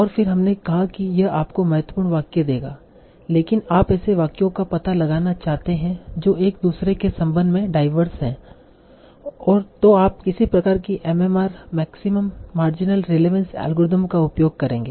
और फिर हमने कहा कि यह आपको महत्वपूर्ण वाक्य देगा लेकिन आप ऐसे वाक्यों का पता लगाना चाहते हैं जो एक दूसरे के संबंध में डाईवर्स हैं तो आप किसी प्रकार की MMR maximum marginal relevance algorithm का उपयोग करेंगे